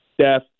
Steph